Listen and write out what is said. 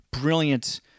Brilliant